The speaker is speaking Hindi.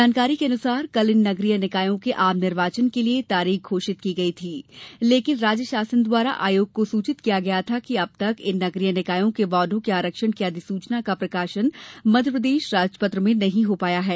जानकारी के अनुसार कल इन नगरीय निकायों के आम निर्वाचन के लिए तारीख घोषित की गयी थी लेकिन राज्य शासन द्वारा आयोग को सूचित किया गया कि अब तक इन नगरीय निकायों के वाड़ों के आरक्षण की अधिसूचना का प्रकाशन मध्यप्रदेश राजपत्र में नहीं हो पाया है